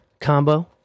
combo